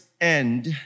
end